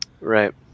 Right